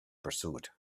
pursuit